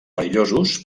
perillosos